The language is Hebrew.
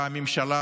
שבה הממשלה